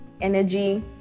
energy